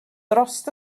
dros